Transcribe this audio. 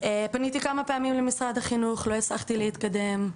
פניתי כמה פעמים למשרד החינוך לא הצלחתי להתקדם,